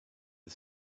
the